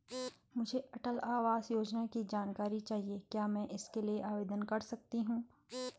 मुझे अटल आवास योजना की जानकारी चाहिए क्या मैं इसके लिए आवेदन कर सकती हूँ?